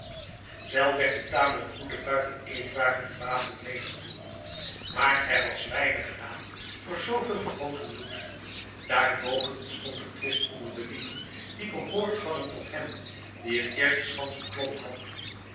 wel werd een tamelijk goede buit aan eetwaren en wapenen medegevoerd maar er was weinig gedaan voor zooveel vergoten bloed daarenboven ontstond er twist onder de lieden die behoord hadden tot hen die het eerst de schans beklommen hadden